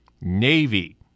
Navy